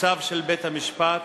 צו בית-משפט